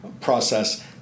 process